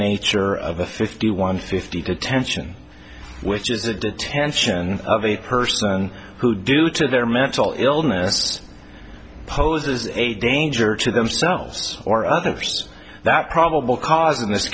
nature of the fifty one fifty detention which is the detention of a person who due to their mental illness poses a danger to themselves or others that probable cause in this